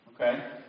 okay